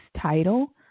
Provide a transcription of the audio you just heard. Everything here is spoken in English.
title